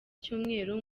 cyumweru